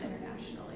internationally